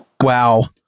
Wow